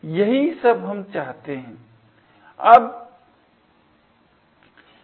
यही सब हम चाहते है